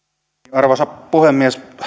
arvoisa puhemies